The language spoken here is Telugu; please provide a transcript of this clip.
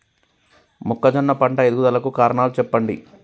మొక్కజొన్న పంట ఎదుగుదల కు కారణాలు చెప్పండి?